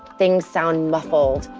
things sound muffled.